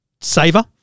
saver